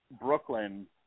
Brooklyn